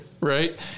right